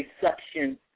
suction